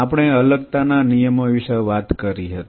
આપણે અલગતાના નિયમો વિશે વાત કરી હતી